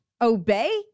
obey